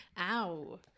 Ow